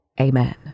Amen